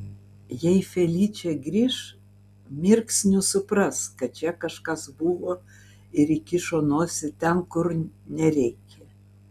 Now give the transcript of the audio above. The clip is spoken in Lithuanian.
jei feličė grįš mirksniu supras kad čia kažkas buvo ir įkišo nosį ten kur nereikia